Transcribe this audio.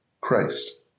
Christ